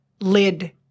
lid